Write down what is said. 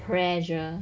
pressure